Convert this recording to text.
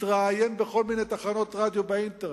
מתראיין בכל מיני תחנות רדיו באינטרנט,